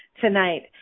tonight